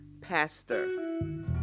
pastor